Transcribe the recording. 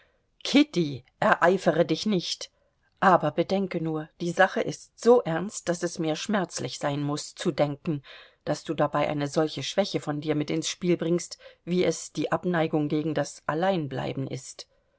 kitty ereifere dich nicht aber bedenke nur die sache ist so ernst daß es mir schmerzlich sein muß zu denken daß du dabei eine solche schwäche von dir mit ins spiel bringst wie es die abneigung gegen das alleinbleiben ist